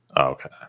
okay